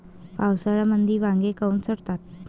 पावसाळ्यामंदी वांगे काऊन सडतात?